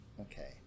Okay